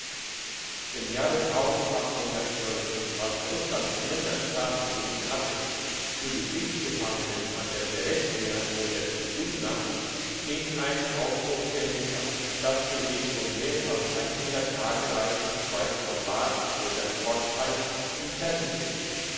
im jahr als russland nimmer strassen genug hatte für die kriegsgefangenen an der berezina oder in wilna ging eine auch durch pensa welches für sich schon mehr als hundert tagereisen weit von lahr oder pforzheim entfernt ist